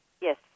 Yes